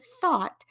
thought